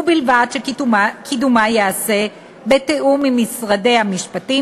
ובלבד שקידומה ייעשה בתיאום עם משרדי המשפטים,